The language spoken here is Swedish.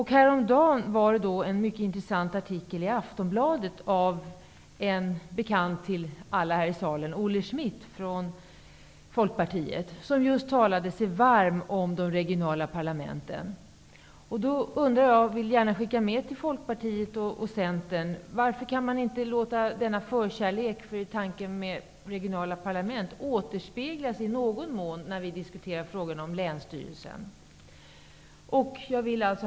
Häromdagen var det en mycket intressant artikel i Aftonbladet av en bekant till alla här i salen, nämligen Olle Schmidt från Folkpartiet, som talade sig varm för de lokala parlamenten. Jag vill därför skicka med en fråga till Folkpartiet och Centern: Varför kan man inte låta denna förkärlek för tanken på regionala parlament återspeglas i någon mån när vi diskuterar frågan om länsstyrelserna? Herr talman!